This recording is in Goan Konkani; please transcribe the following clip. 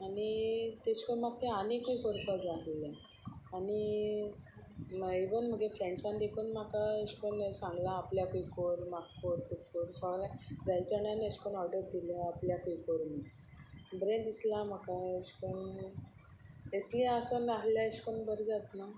आनी तशें करून म्हाका तें आनीकूय करपा जाय आलें आनी इवन म्हगे फ्रेंड्सान देखून म्हाका तशें करून सांगलां आपल्या पळय कर म्हाका करू कर सगळीं जायच्याण्यान तशें करून ऑर्डर दिले आपल्याकय कोर बरें दिसलां म्हाका अेतशें करून एसले आसन नाहल्या तशें करून बरें जाता ना